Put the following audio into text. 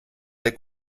der